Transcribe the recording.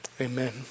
Amen